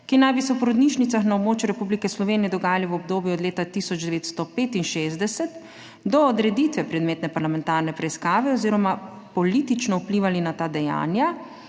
ki naj bi se v porodnišnicah na območju Republike Slovenije dogajali v obdobju od leta 1965 do odreditve predmetne parlamentarne preiskave oziroma politično vplivali na ta dejanja